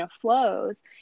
flows